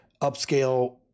upscale